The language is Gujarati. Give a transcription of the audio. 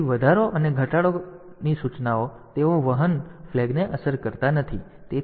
તેથી વધારો અને ઘટાડાની સૂચનાઓ તેઓ વહન ફ્લેગને અસર કરતા નથી